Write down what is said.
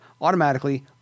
Automatically